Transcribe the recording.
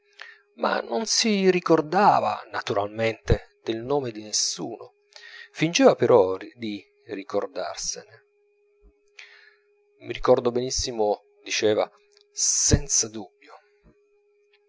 ma non si ricordava naturalmente del nome di nessuno fingeva però di ricordarsene mi ricordo benissimo diceva senza dubbio